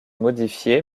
modifié